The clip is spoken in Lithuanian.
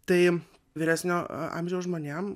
tai vyresnio amžiaus žmonėm